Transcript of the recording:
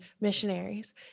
missionaries